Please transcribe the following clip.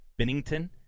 Binnington